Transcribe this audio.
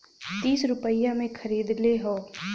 तीस रुपइया मे खरीदले हौ